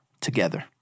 together